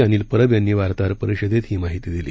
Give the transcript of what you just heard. अनिल परब यांनी वार्ताहर परिषदेत ही माहिती दिली